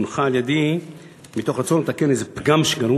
הונחה על-ידי מתוך רצון לתקן איזה פגם שקיים